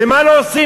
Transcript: ומה לא עושים?